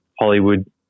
Hollywood